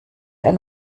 ein